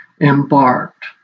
embarked